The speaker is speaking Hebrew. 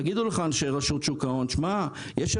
יגידו לך אנשי רשות ההון שיש אפשרות,